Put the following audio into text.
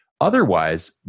Otherwise